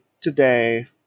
today